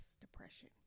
depression